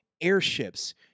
airships